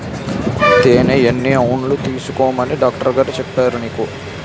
తేనె ఎన్ని ఔన్సులు తీసుకోమని డాక్టరుగారు చెప్పారు నీకు